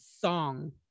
song